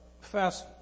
fast